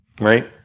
right